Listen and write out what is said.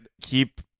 keep